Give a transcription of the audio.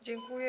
Dziękuję.